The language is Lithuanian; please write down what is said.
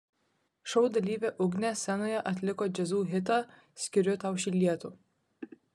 šou dalyvė ugnė scenoje atliko jazzu hitą skiriu tau šį lietų